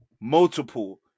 Multiple